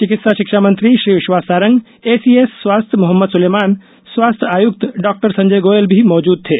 चिकित्सा शिक्षा मंत्री श्री विश्वास कैलाश सारंग एसीएस स्वास्थ्य मोहम्मद सुलेमान स्वास्थ्य आयुक्त डॉ संजय गोयल भी मौजुद थे